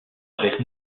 avec